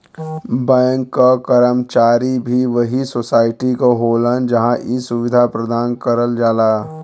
bank क कर्मचारी भी वही सोसाइटी क होलन जहां इ सुविधा प्रदान करल जाला